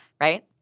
right